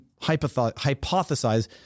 hypothesize